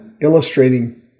illustrating